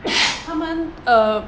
他们 uh